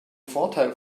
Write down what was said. vorteil